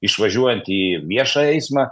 išvažiuojant į viešąjį eismą